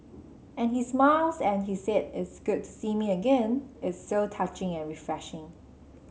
and he smiles and he says it's good to see me again it's so touching and refreshing